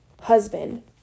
husband